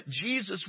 Jesus